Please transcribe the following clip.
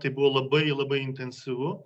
tai buvo labai labai intensyvu